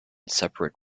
separate